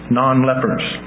non-lepers